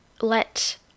let